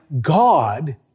God